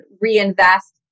reinvest